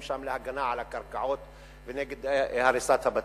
שם להגנה על הקרקעות ונגד הריסת הבתים.